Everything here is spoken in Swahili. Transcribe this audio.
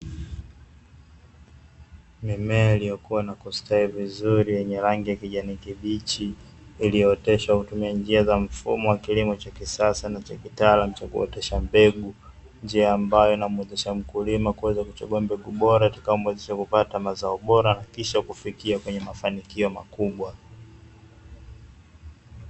Mimea iliyokuwa na kustawi vizuri yenye rangi ya kijani kibichi, iliyooteshwa kwa kutumia njia za mfumo wa kilimo cha kisasa na kitalaamu cha kuotesha mbegu kwa njia ambayo inamwezesha mkulima kuweza kuchagua mbegu bora yatakayo mwezesha kupata mazao yaliyo bora nakisha kufikia kwenye mafanikio makubwa.